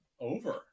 over